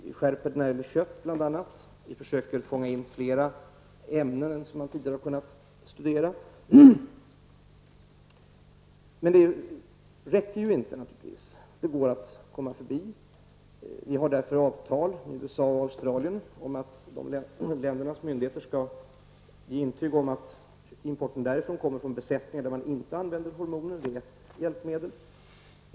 Vi skärper bl.a. kontrollen när det gäller kött. Vi försöker fånga in flera ämnen än de som man tidigare har kunnat studera. Men det räcker naturligtvis inte. Det går att komma förbi detta. Vi har därför avtal med USA och Australien om att dessa länders myndigheter skall ge intyg på att importen därifrån kommer från djurbesättningar där man inte använder hormoner. Det är ett hjälpmedel.